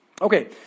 Okay